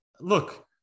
look